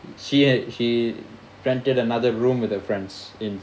she a~ she rented another room with her friends in